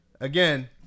Again